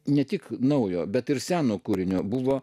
ne tik naujo bet ir seno kūrinio buvo